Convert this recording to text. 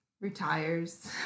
retires